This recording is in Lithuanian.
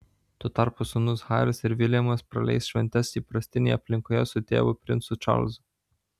tuo tarpu sūnūs haris ir viljamas praleis šventes įprastinėje aplinkoje su tėvu princu čarlzu